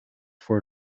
voor